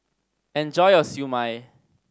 enjoy your Siew Mai